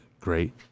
great